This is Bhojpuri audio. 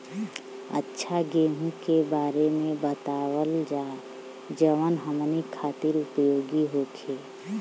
अच्छा गेहूँ के बारे में बतावल जाजवन हमनी ख़ातिर उपयोगी होखे?